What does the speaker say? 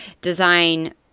design